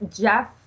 Jeff